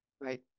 Right